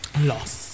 loss